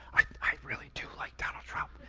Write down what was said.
i really do like donald trump.